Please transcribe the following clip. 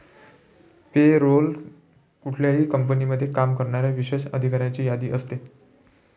पे role कुठल्याही कंपनीमध्ये काम करणाऱ्या विशेष अधिकाऱ्यांची यादी असते